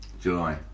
July